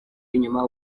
inyuma